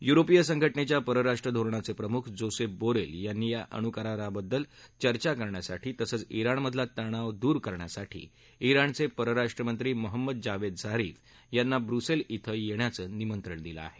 युरोपिय संघटनेच्या परराष्ट्र धोरणाचे प्रमुख जोसेफ बोरेल यांनी या अणूकराराबाबत चर्चा करण्यासाठी तसंच ित्राणमधला तणाव दूर करण्यासाठी ित्राणचे परराष्ट्रमंत्री महम्मद जावेद झारिफ यांना ब्रुसेल्स च्यें येण्याचं निमंत्रण दिलं आहे